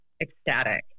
ecstatic